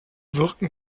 wirken